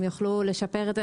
הם יכלו לשפר את זה,